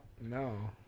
No